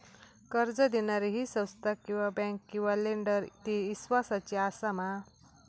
कर्ज दिणारी ही संस्था किवा बँक किवा लेंडर ती इस्वासाची आसा मा?